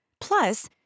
Plus